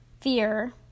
fear